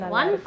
one